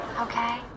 Okay